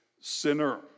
sinner